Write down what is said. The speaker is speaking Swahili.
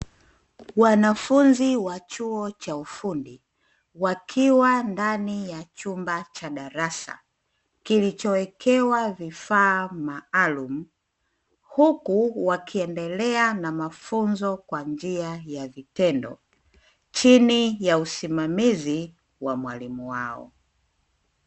Wanafunzi wa chuo cha ufundi, wakiwa ndani ya chumba cha darasa kilichowekewa vifaa maalumu, huku wakiendelea na mafunzo kwa njia ya vitendo chini ya usimamizi wa mwalimu wao.